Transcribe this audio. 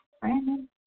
Brandon